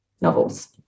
novels